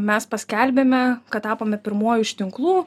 mes paskelbėme kad tapome pirmuoju iš tinklų